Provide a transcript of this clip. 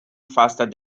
faster